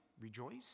rejoice